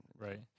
right